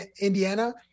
Indiana